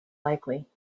likely